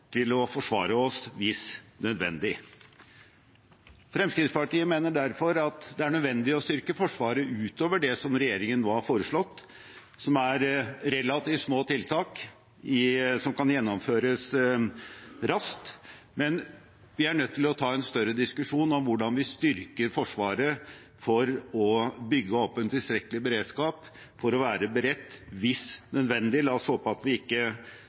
til å forsvare oss hvis nødvendig. Fremskrittspartiet mener derfor det er nødvendig å styrke Forsvaret utover det som regjeringen nå har foreslått, som er relativt små tiltak som kan gjennomføres raskt. Men vi er nødt til å ta en større diskusjon om hvordan vi styrker Forsvaret for å bygge opp en tilstrekkelig beredskap for å være beredt hvis nødvendig. La oss håpe at vi ikke